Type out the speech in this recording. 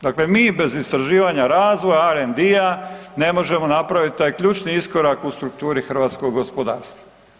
Dakle, mi bez istraživanja razvoja R&D-a ne možemo napraviti taj ključni iskorak u strukturi hrvatskog gospodarstava.